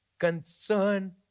concern